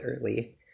early